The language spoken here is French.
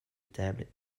table